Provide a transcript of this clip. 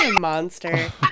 monster